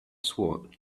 sword